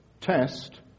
test